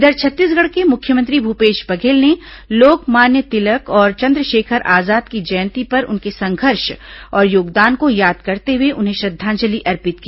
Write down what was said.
इधर छत्तीसगढ़ के मुख्यमंत्री भूपेश बघेल ने लोकमान्य तिलक और चन्द्रशेखर आजाद की जयंती पर उनके संघर्ष और योगदान को याद करते हुए उन्हें श्रद्वांजलि अर्पित की